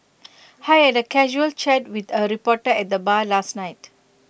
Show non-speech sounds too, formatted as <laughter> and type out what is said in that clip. <unintelligible> had A casual chat with A reporter at the bar last night